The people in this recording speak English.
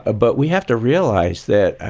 ah but we have to realize that,